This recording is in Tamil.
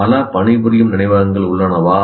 பல பணிபுரியும் நினைவகங்கள் உள்ளனவா